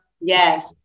Yes